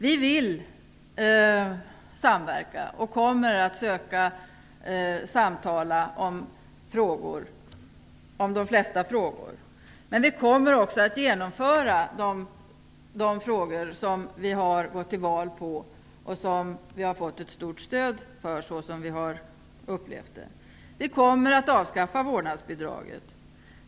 Vi vill samverka och kommer att söka samtala om de flesta frågor, men vi kommer också att genomföra det program som vi har gått till val på och som vi har fått ett stort stöd för, som vi har upplevt det. Vi kommer att avskaffa vårdnadsbidraget.